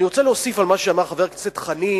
אני רוצה להוסיף על מה שאמר חבר הכנסת חנין